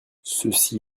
ceci